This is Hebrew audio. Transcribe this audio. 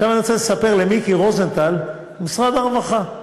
עכשיו אני רוצה לספר למיקי רוזנטל על משרד הרווחה.